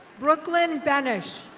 brooklyn bennish.